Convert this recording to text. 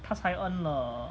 他才 earn 了